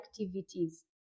activities